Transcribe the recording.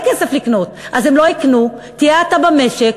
כסף לקנות, אז הם לא יקנו, תהיה האטה במשק,